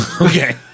Okay